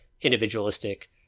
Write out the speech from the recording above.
individualistic